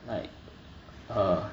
like err